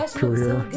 career